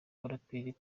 abaraperi